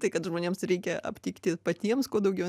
tai kad žmonėms reikia aptikti patiems kuo daugiau